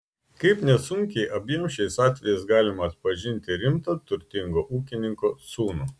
kaip nesunkiai abiem šiais atvejais galima atpažinti rimtą turtingo ūkininko sūnų